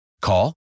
Call